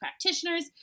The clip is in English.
practitioners